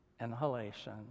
inhalation